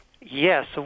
Yes